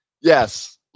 Yes